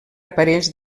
aparells